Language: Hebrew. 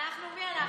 אנחנו, מי אנחנו?